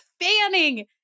fanning